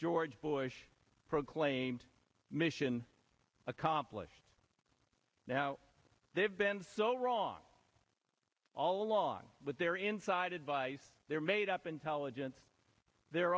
george bush proclaimed mission accomplished now they have been so wrong all along with their inside advice their made up intelligence their